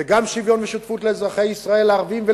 זה גם שוויון ושותפות לאזרחי ישראל הערבים,